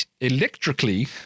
electrically